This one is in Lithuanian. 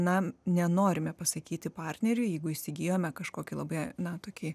na nenorime pasakyti partneriui jeigu įsigijome kažkokį labai na tokį